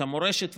את המורשת,